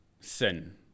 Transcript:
sin